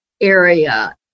area